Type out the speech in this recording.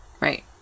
Right